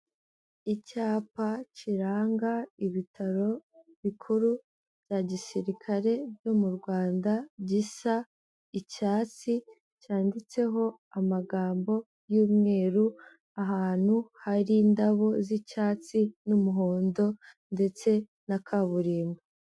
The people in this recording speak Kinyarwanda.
Icyapa kiranga ibitaro bikuru bya gisirikare byo mu Rwanda gisa icyatsi, cyanditseho amagambo y'umweru, ahantu hari indabo z'icyatsi n'umuhondo ndetse na kaburimbo.